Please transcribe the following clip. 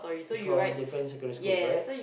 from different secondary schools right